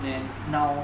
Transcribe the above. then now